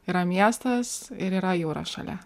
yra miestas ir yra jūra šalia